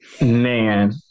Man